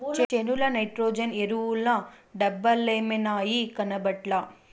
చేనుల నైట్రోజన్ ఎరువుల డబ్బలేమైనాయి, కనబట్లా